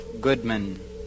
goodman